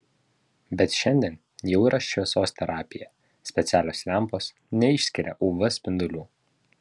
bet šiandien jau yra šviesos terapija specialios lempos neišskiria uv spindulių